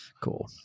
cool